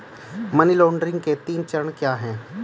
Money laundering के तीन चरण क्या हैं?